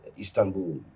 Istanbul